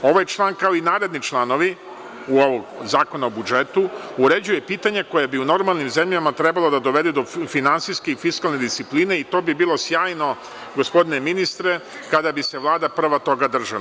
Ovaj član, kao i naredni članovi u ovom Zakonu o budžetu, uređuje pitanje koje bi u normalnim zemljama trebalo da dovede do finansijske i fiskalne discipline i to bi bilo sjajno, gospodine ministre, kada bi se Vlada prva toga držala.